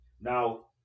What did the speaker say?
Now